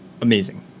amazing